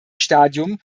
stadium